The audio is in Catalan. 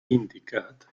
indicat